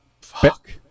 Fuck